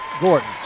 Gordon